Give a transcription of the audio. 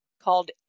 called